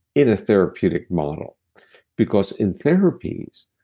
in a therapeutic model because in therapies,